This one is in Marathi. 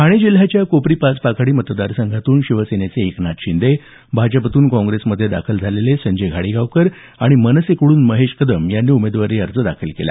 ठाणे जिल्ह्याच्या कोपरी पाच पाखाडी मतदार संघातून शिवसेनेचे एकनाथ शिंदे भाजपातून काँग्रेसमध्ये दाखल झालेले संजय घाडीगावकर आणि मनसेकडून महेश कदम यांनी उमेदवारी अर्ज दाखल केला